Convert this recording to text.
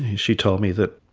she told me that